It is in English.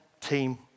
team